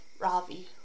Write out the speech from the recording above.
Ravi